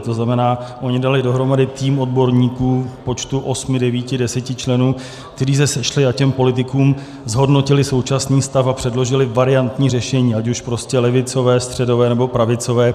To znamená, oni dali dohromady tým odborníků v počtu osmi, devíti, deseti členů, kteří se sešli a těm politikům zhodnotili současný stav a předložili variantní řešení, ať už prostě levicové, středové, nebo pravicové.